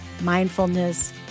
mindfulness